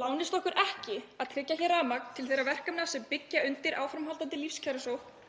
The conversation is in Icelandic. Lánist okkur ekki að tryggja hér rafmagn til þeirra verkefna sem byggja undir áframhaldandi lífskjarasókn